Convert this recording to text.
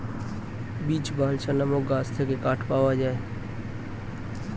beech, balsa নামক গাছ থেকে কাঠ পাওয়া যায়